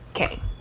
Okay